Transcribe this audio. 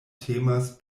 temas